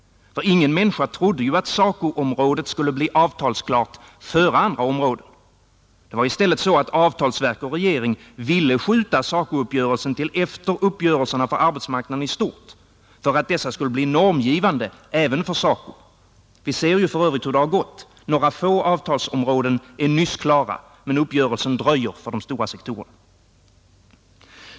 Ingen människa trodde ju att SACO-området skulle bli avtalsklart före andra områden. Det var i stället så att avtalsverk och regering ville skjuta SACO-uppgörelsen till efter uppgörelserna för arbetsmarknaden i stort, för att dessa skulle bli normgivande även för SACO, Vi ser för övrigt hur det gått: några få avtalsområden är nyss klara, men uppgörelsen dröjer för de stora sektorerna.